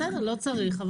בסדר, לא צריך.